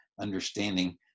understanding